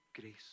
grace